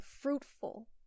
fruitful